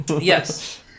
Yes